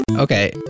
Okay